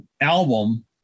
album